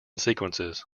sequences